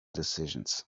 decisions